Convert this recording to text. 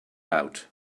out